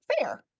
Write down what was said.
fair